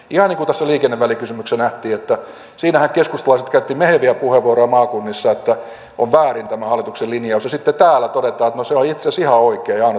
siinähän keskustalaiset käyttivät meheviä puheenvuoroja maakunnissa että on väärin tämä hallituksen linjaus ja sitten täällä todetaan että no se on itse asiassa ihan oikein ja ainut mahdollinen